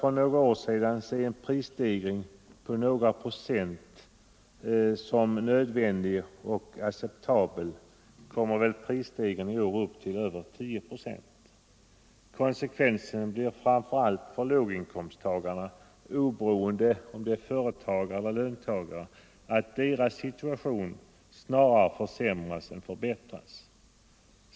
För några år sedan såg vi en prisstegring på några procent som nödvändig och acceptabel, men i år kommer den väl att gå upp till över 10 procent. Konsekvensen blir framför allt för låginkomsttagarna — oberoende av om de är företagare eller löntagare — att deras situation snarare försämras än förbättras.